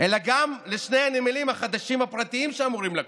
אלא גם לשני הנמלים החדשים הפרטיים שאמורים לקום.